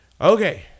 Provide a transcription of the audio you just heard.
Okay